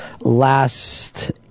last